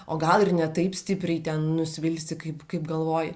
o gal ir ne taip stipriai ten nusvilsi kaip kaip galvoji